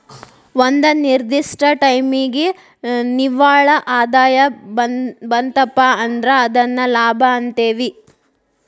ಒಂದ ನಿರ್ದಿಷ್ಟ ಟೈಮಿಗಿ ನಿವ್ವಳ ಆದಾಯ ಬಂತಪಾ ಅಂದ್ರ ಅದನ್ನ ಲಾಭ ಅಂತೇವಿ